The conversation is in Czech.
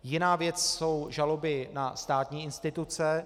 Jiná věc jsou žaloby na státní instituce.